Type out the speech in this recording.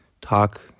talk